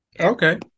Okay